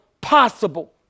possible